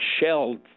shelled